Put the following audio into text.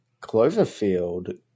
Cloverfield